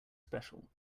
special